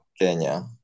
Kenya